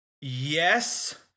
Yes